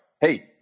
Hey